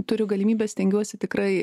turiu galimybę stengiuosi tikrai